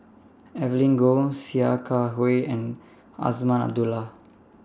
Evelyn Goh Sia Kah Hui and Azman Abdullah